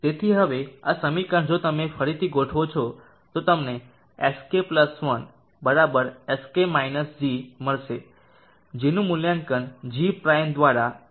તેથી હવે આ સમીકરણ જો તમે તેને ફરીથી ગોઠવો છો તો તમને xk 1 xk g મળશે જેનું મૂલ્યાંકન g પ્રાઈમ દ્વારા xk પર કરવામાં આવશે